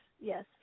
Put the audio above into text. Yes